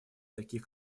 таких